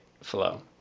flow